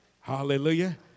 hallelujah